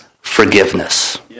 forgiveness